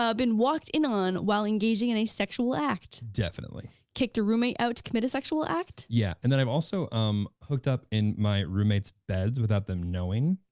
ah been walked in on while engaging in a sexual act. definitely. kicked a roommate out to commit a sexual act? yeah. and then i've also um hooked up in my roommates beds without them knowing.